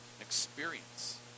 experience